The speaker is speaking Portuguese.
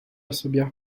assobiar